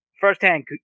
firsthand